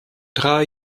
drei